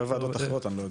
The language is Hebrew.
בוועדות אחרות אני לא יודע.